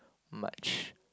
much